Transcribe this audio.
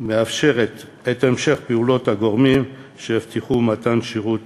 מאפשרות את המשך פעולת הגורמים שיבטיחו מתן שירות